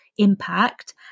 impact